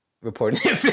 reporting